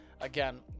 again